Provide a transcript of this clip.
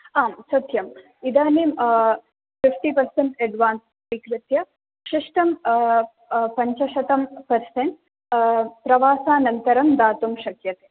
आम् सत्यम् इदानीं फ़िफ़्टि पर्सेन्ट् एड्वान्स् स्वीकृत्य अवशिष्टं पञ्चशतं पर्सेन्ट् प्रवासानन्तरं दातुं शक्यते